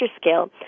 scale